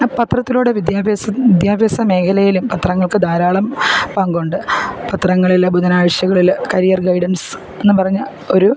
ആ പത്രത്തിലൂടെ വിദ്യാഭ്യാസം വിദ്യാഭ്യാസ മേഖലയിലും പത്രങ്ങൾക്ക് ധാരാളം പങ്കുണ്ട് പത്രങ്ങളിൽ ബുധനാഴ്ചകളിൽ കരിയർ ഗൈഡൻസ് എന്നും പറഞ്ഞ് ഒരു